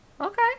Okay